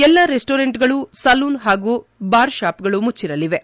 ಎಲ್ಲಾ restaurant salon ಹಾಗೂ barber ಶಾಪ್ಗಳು ಮುಚ್ಚಿರಲಿವೆ